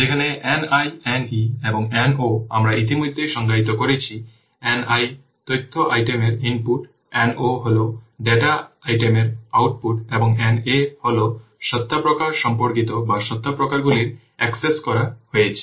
যেখানে Ni Ne এবং No আমরা ইতিমধ্যেই সংজ্ঞায়িত করেছি Ni তথ্য আইটেম ইনপুট No হল ডেটা আইটেম আউটপুট এবং Na হল সত্তা প্রকার সম্পর্কিত বা সত্তা প্রকারগুলি অ্যাক্সেস করা হয়েছে